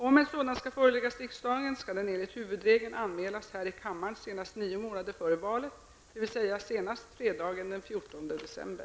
Om en sådan skall föreläggas riksdagen, skall den enligt huvudregeln anmälas här i kammaren senast nio månader före valet, dvs. senast fredagen den 14 december.